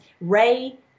Ray